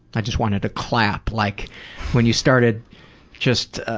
i just wanted to clap like when you started just